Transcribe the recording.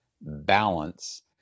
balance